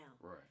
Right